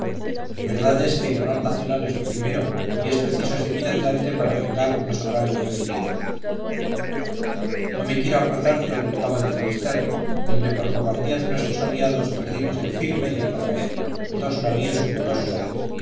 verdad es que el honor nacional es lo primero y es preciso seguir adelante para vengar los agravios recibidos no me quiero acordar de lo del cabo de finisterre donde por la cobardía de nuestros aliados perdimos el firme y el rafael dos navíos como dos soles